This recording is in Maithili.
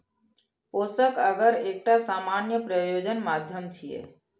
पोषक अगर एकटा सामान्य प्रयोजन माध्यम छियै